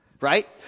Right